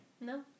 No